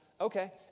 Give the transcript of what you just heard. Okay